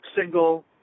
single